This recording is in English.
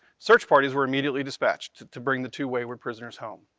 search parties were immediately dispatched to bring the two wayward prisoners home.